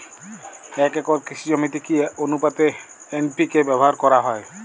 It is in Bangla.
এক একর কৃষি জমিতে কি আনুপাতে এন.পি.কে ব্যবহার করা হয়?